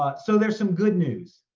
ah so there's some good news.